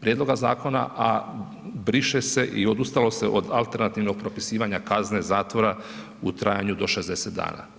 prijedloga zakona, a briše se i odustalo se od alternativnog propisivanja kazne zatvora u trajanju do 60 dana.